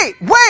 wait